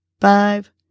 five